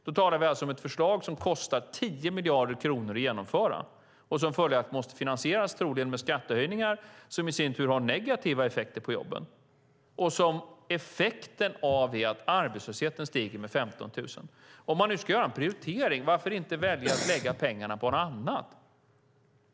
Vi talar om ett förslag som kostar 10 miljarder kronor att genomföra och som troligen måste finansieras med skattehöjningar som i sin tur har negativa effekter på jobben. Effekten är att arbetslösheten stiger med 15 000 personer. Om man ska göra en prioritering varför inte välja att lägga pengarna på annat?